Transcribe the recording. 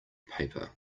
paper